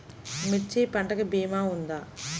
మిర్చి పంటకి భీమా ఉందా?